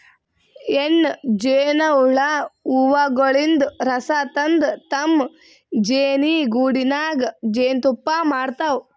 ಹೆಣ್ಣ್ ಜೇನಹುಳ ಹೂವಗೊಳಿನ್ದ್ ರಸ ತಂದ್ ತಮ್ಮ್ ಜೇನಿಗೂಡಿನಾಗ್ ಜೇನ್ತುಪ್ಪಾ ಮಾಡ್ತಾವ್